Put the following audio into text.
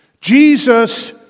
Jesus